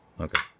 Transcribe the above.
Okay